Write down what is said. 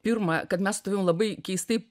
pirma kad mes su tavim labai keistai